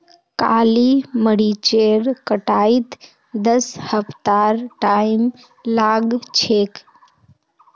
काली मरीचेर कटाईत दस हफ्तार टाइम लाग छेक